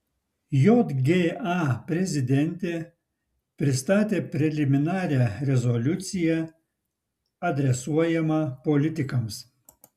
jga prezidentė pristatė preliminarią rezoliuciją adresuojamą politikams